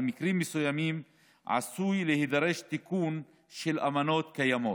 במקרים מסוימים עשוי להידרש תיקון של אמנות קיימות.